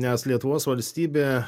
nes lietuvos valstybė